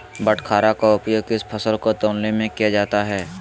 बाटखरा का उपयोग किस फसल को तौलने में किया जाता है?